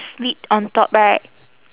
slit on top right